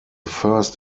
first